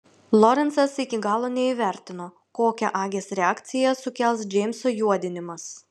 lorencas iki galo neįvertino kokią agės reakciją sukels džeimso juodinimas